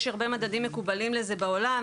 יש הרבה מדדים מקובלים לזה בעולם,